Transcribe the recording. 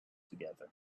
together